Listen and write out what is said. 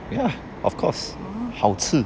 ya of course 好吃